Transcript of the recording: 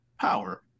power